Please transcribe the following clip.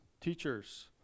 teachers